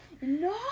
No